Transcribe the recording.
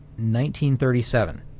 1937